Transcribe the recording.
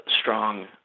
strong